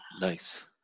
nice